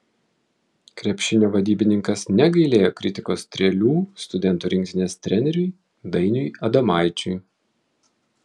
krepšinio vadybininkas negailėjo kritikos strėlių studentų rinktinės treneriui dainiui adomaičiui